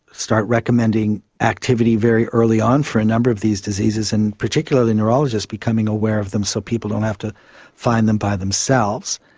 start recommending activity very early on for a number of these diseases, and particularly neurologists becoming aware of them so people don't have to find them by themselves.